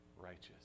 righteous